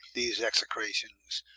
these execrations,